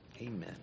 amen